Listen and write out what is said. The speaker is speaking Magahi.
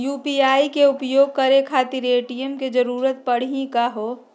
यू.पी.आई के उपयोग करे खातीर ए.टी.एम के जरुरत परेही का हो?